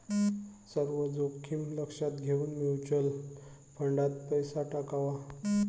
सर्व जोखीम लक्षात घेऊन म्युच्युअल फंडात पैसा टाकावा